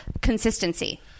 consistency